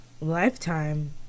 lifetime